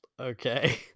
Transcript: okay